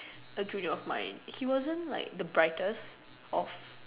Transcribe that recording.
a junior of mine he wasn't like the brightest of